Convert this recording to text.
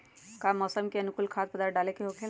का मौसम के अनुकूल खाद्य पदार्थ डाले के होखेला?